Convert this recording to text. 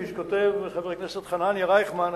כפי שכותב חבר הכנסת חנניה רייכמן,